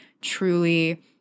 truly